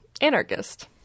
anarchist